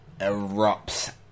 erupts